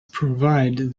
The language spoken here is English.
provide